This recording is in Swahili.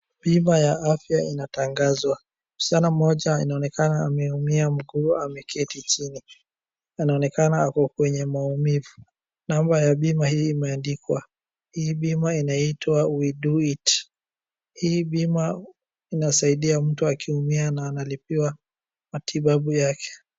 Bima ya afya inatangazwa. Msichana mmoja anaonekana ameumia mguu, ameketi chini. Anaonekana ako kwenye maumivu. Namba ya bima hii imeandikwa. Hii bima inaitwa we do it . Hii bima inasaidia mtu akiumia na analipiwa matibabu yake.